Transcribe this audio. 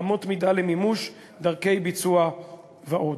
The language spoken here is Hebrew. אמות מידה למימוש, דרכי ביצוע ועוד.